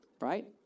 right